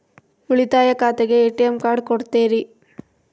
ಉಳಿತಾಯ ಖಾತೆಗೆ ATM card ಕೊಡ್ತೇರಿ?